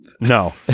No